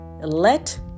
Let